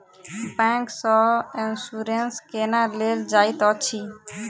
bank सँ insurance केना लेल जाइत अछि